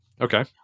Okay